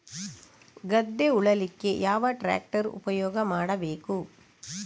ಗದ್ದೆ ಉಳಲಿಕ್ಕೆ ಯಾವ ಟ್ರ್ಯಾಕ್ಟರ್ ಉಪಯೋಗ ಮಾಡಬೇಕು?